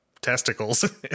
testicles